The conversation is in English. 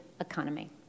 economy